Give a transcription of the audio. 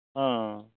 ᱦᱚᱸ